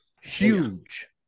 Huge